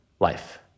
life